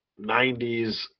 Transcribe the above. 90s